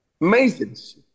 Masons